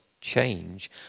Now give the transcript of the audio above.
change